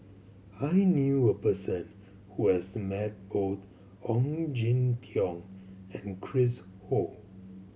I knew a person who has met Ong Jin Teong and Chris Ho